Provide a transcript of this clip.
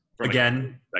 Again